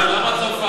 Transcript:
למה צרפת?